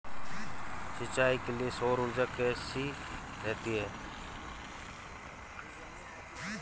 सिंचाई के लिए सौर ऊर्जा कैसी रहती है?